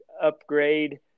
upgrade